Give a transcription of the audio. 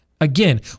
again